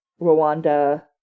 Rwanda